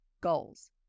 goals